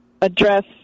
address